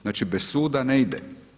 Znači bez suda ne ide.